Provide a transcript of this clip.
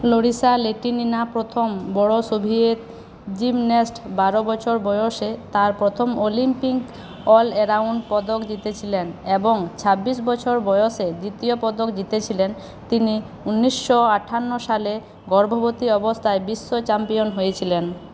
Larisa Latynina প্রথম বড়ো Soviet gymnast বারো বছর বয়সে তাঁর প্রথম অলিম্পিক অল অ্যারাউন্ড পদক জিতেছিলেন এবং ছাব্বিশ বছর বয়সে দ্বিতীয় পদক জিতেছিলেন তিনি উনিশশো আঠান্ন সালে গর্ভবতী অবস্থায় বিশ্ব চ্যাম্পিয়ন হয়েছিলেন